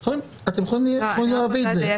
חברים, אתם יכולים להביא את זה.